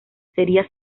sería